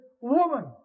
woman